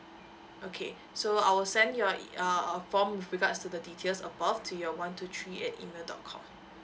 okay so I will send your it uh uh form with regards to the details above to your one two three at email dot com